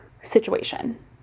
situation